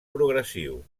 progressiu